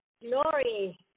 Glory